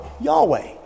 Yahweh